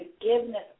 forgiveness